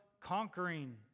conquering